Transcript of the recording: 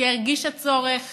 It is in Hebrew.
שהרגישה צורך